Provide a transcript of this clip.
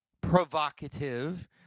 provocative